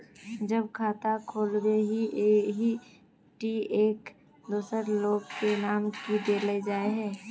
जब खाता खोलबे ही टी एक दोसर लोग के नाम की देल जाए है?